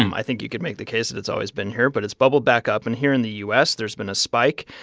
um i think you could make the case that it's always been here, but it's bubbled back up. and here in the u s, there's been a spike.